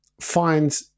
find